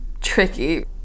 tricky